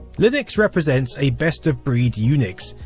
linux represents a best-of breed unix,